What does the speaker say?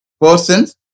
Persons